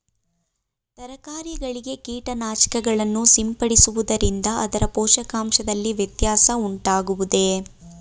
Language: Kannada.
ತರಕಾರಿಗಳಿಗೆ ಕೀಟನಾಶಕಗಳನ್ನು ಸಿಂಪಡಿಸುವುದರಿಂದ ಅದರ ಪೋಷಕಾಂಶದಲ್ಲಿ ವ್ಯತ್ಯಾಸ ಉಂಟಾಗುವುದೇ?